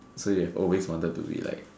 so you have always wanted to be like